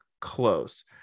close